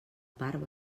part